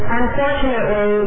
unfortunately